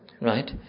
right